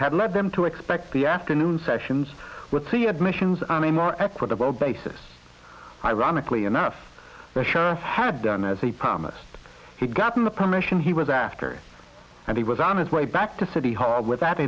had led them to expect the afternoon sessions with the admissions on a more equitable basis ironically enough the sheriff had done as he promised he'd gotten the permission he was after and he was on his way back to city hall with that